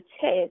test